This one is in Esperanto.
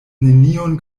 neniun